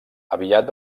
aviat